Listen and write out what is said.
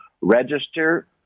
register